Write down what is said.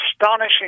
astonishing